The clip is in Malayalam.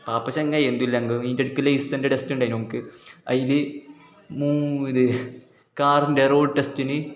പാപ്പ ചങ്ങാതി ഏന്തുല്ലാണ്ടു ഈൻ്റെടക്ക് ലേയ്സ്സിൻ്റെ ടെസ്റ്റുണ്ടായീനു ഒങ്ക്ക് അതിൽ മൂന്ന് കാറിൻ്റെ റോഡ് ടെസ്റ്റിന്